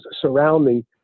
surrounding